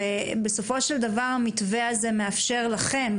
בסופו של דבר, המתווה הזה מאפשר גם לכם,